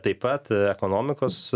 taip pat ekonomikos